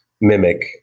mimic